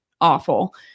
awful